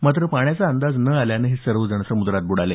मात्र पाण्याचा अंदाज न आल्यानं हे सर्वजण समुद्रात बुडाले